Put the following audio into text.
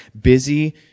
Busy